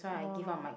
oh